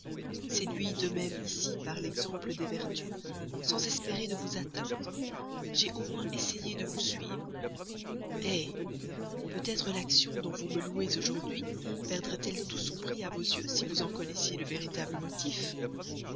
séduit de même ici par l'exemple des vertus sans espérer de vous atteindre j'ai au moins essayé de vous suivre eh peut-être l'action dont vous me louez aujourd'hui perdrait elle tout son prix à vos yeux si vous en connaissiez le véritable motif